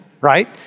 right